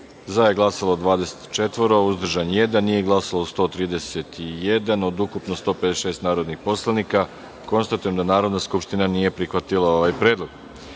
za je glasalo – 22, nije glasalo – 132 od ukupno 154 narodnih poslanika. Konstatujem da Narodna skupština nije prihvatila ovaj predlog. Narodni